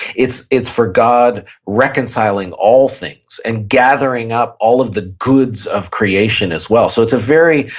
it's it's for god reconciling all things and gathering up all of the goods of creation as well. so it's a very,